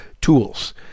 tools